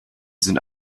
sind